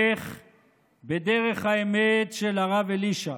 לך בדרך האמת של הרב אלישע.